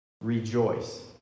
rejoice